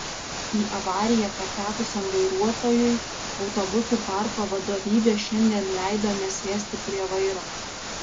į avariją patekusiam vairuotojui autobusų parko vadovybė šiandien leido nesėsti prie vairo